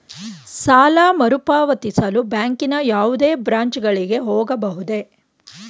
ಸಾಲ ಮರುಪಾವತಿಸಲು ಬ್ಯಾಂಕಿನ ಯಾವುದೇ ಬ್ರಾಂಚ್ ಗಳಿಗೆ ಹೋಗಬಹುದೇ?